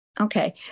Okay